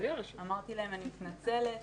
אמרתי להם: אני מתנצלת,